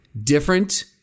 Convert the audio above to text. Different